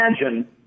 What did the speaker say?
imagine